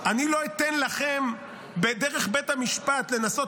אני לא אתן לכם דרך בית המשפט לנסות